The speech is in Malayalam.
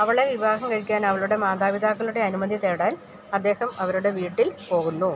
അവളെ വിവാഹം കഴിക്കാൻ അവളുടെ മാതാപിതാക്കളുടെ അനുമതി തേടാൻ അദ്ദേഹം അവരുടെ വീട്ടിൽ പോകുന്നു